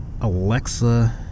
Alexa